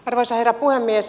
arvoisa herra puhemies